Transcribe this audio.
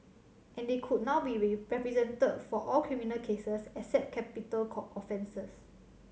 and they could now be represented for all criminal cases except capital offences